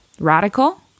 radical